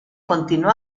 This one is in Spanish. continuó